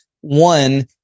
one